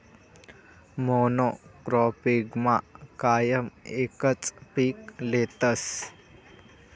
मोनॉक्रोपिगमा कायम एकच पीक लेतस